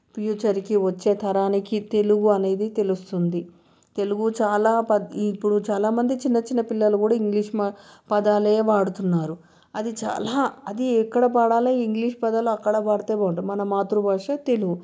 ఫ్యూచర్కి వచ్చే తరానికి తెలుగు అనేది తెలుస్తుంది తెలుగు చాలా ప ఇప్పుడు చాలామంది చిన్న చిన్న పిల్లలు కూడా ఇంగ్లీష్ పదాలే వాడుతున్నారు అది చాలా ఎక్కడ వాడాలి ఇంగ్లీష్ పదాలు అక్కడ వాడితే బాగుంటుంది మన మాతృభాష తెలుగు